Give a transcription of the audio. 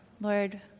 Lord